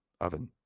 oven